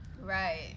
Right